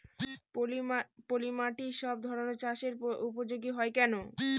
পলিমাটি সব ধরনের চাষের উপযোগী হয় কেন?